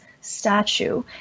statue